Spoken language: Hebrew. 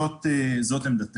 זאת עמדתנו.